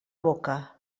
boca